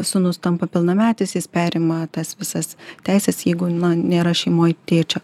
sūnus tampa pilnametis jis perima tas visas teises jeigu nėra šeimoj tėčio